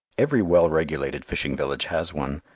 every well-regulated fishing village has one,